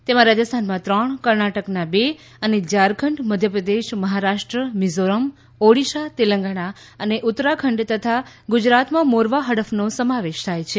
તેમાં રાજસ્થાનમાં ત્રણ કર્ણાટકના બે અને ઝારખંડ મધ્યપ્રદેશ મહારાષ્ટ્ર મિઝોરમ ઓડિશા તેલંગાણા અને ઉત્તરાખંડ તથા ગુજરાતમાં મોરવા હડફનો સમાવેશ થાય છે